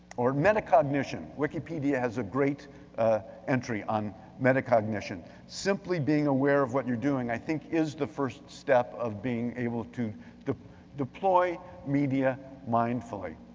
or metacognition. wikipedia has a great entry on metacognition, simply being aware of what you're doing, i think, is the first step of being able to deploy media mindfully.